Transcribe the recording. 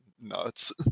nuts